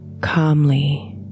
calmly